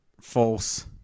False